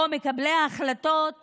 או שמקבלי ההחלטות